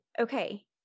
okay